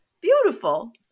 beautiful